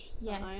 Yes